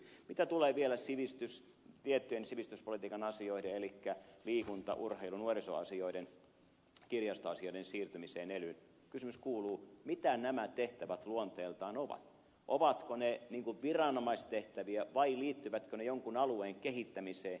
mitä tulee vielä tiettyjen sivistyspolitiikan asioiden elikkä liikunta urheilu ja nuorisoasioiden kirjastoasioiden siirtymiseen elyyn niin kysymys kuuluu mitä nämä tehtävät luonteeltaan ovat ovatko ne viranomaistehtäviä vai liittyvätkö ne jonkun alueen kehittämiseen